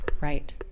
Right